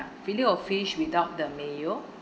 fillet O fish without the mayo